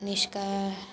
निष्कासितं